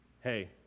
hey